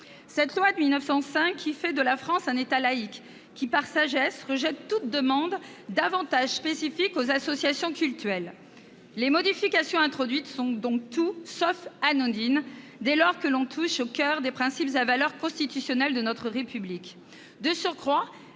Cette loi de 1905 fait de la France un État laïque et, par sagesse, rejette toute demande d'avantages spécifiques aux associations cultuelles. Les modifications introduites sont donc tout sauf anodines, dès lors que l'on touche au coeur des principes à valeur constitutionnelle de notre République. De surcroît,